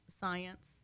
science